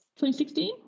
2016